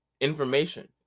Information